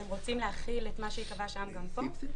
אתם רוצים להחיל מה שייקבע שם גם פה?